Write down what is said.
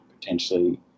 potentially